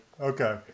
okay